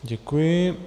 Děkuji.